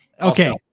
okay